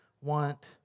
want